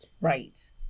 Right